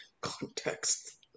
Context